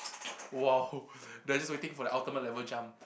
!wow! they just waiting for the ultimate level jump